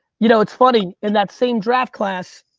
you know it's funny, in that same draft class,